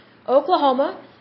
Oklahoma